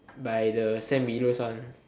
by the Sam Willows one